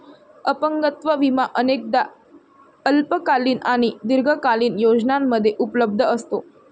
अपंगत्व विमा अनेकदा अल्पकालीन आणि दीर्घकालीन योजनांमध्ये उपलब्ध असतो